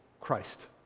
Christ